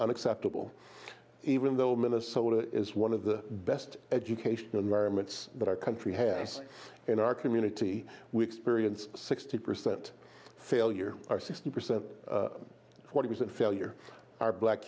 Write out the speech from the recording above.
unacceptable even though minnesota is one of the best educational environments that our country has in our community we experience sixty percent failure or sixty percent forty percent failure our black